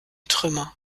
trümmer